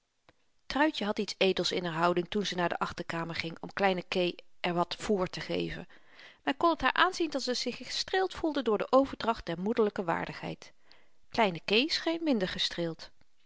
truitje had iets edels in haar houding toen ze naar de achterkamer ging om kleine kee er wat vr te geven men kon t haar aanzien dat ze zich gestreeld voelde door de overdracht der moederlyke waardigheid kleine kee scheen minder gestreeld